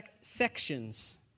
sections